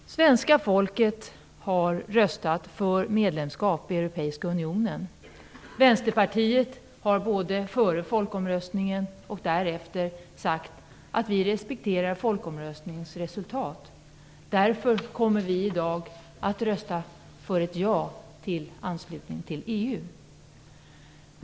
Fru talman! Svenska folket har röstat för medlemskap i Europeiska unionen. Vänsterpartiet har både före folkomröstningen och därefter sagt att vi respekterar folkomröstningens resultat. Därför kommer vi i dag att rösta ja till anslutningen till EU.